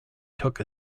took